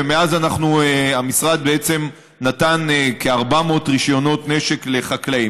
ומאז המשרד בעצם נתן כ-400 רישיונות נשק לחקלאים.